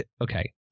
okay